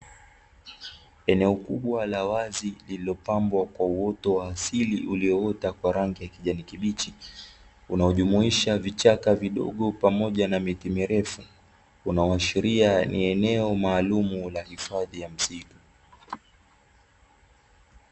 Eneo kubwa la wazi lililopambwa kwa uoto wa asili ulioota kwa rangi ya kijani kibichi, unaojumuisha vichaka vidogo pamoja na miti mirefu, unaoashiria ni eneo maalumu la hifadhi ya misitu.